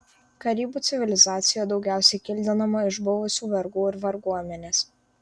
karibų civilizacija daugiausiai kildinama iš buvusių vergų ir varguomenės